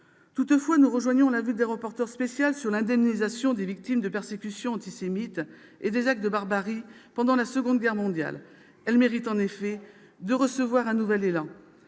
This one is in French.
ailleurs, nous rejoignons l'avis du rapporteur spécial sur l'indemnisation des victimes de persécutions antisémites et des actes de barbarie pendant la Seconde Guerre mondiale. Elle mérite en effet de « recevoir un nouvel élan